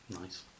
Nice